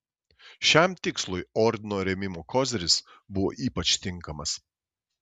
šiam tikslui ordino rėmimo koziris buvo ypač tinkamas